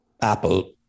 Apple